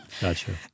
gotcha